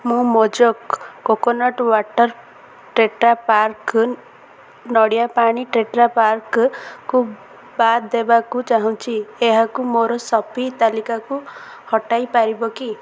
ମୁଁ Mojoco coconut water ଟେଟ୍ରାପ୍ୟାକ୍କୁ ନଡ଼ିଆ ପାଣି ଟେଟ୍ରାପ୍ୟାକ୍ କୁ ବାଦ୍ ଦେବାକୁ ଚାହୁଁଛି ଏହାକୁ ମୋର ସପିଂ ତାଲିକାରୁ ହଟାଇ ପାରିବ କି